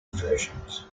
versions